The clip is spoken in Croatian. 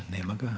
Nema ga.